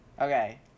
Okay